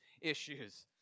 issues